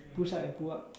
push up and pull up